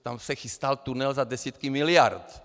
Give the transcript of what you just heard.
Tam se chystal tunel za desítky miliard.